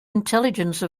intelligence